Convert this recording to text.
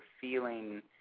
feeling